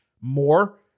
more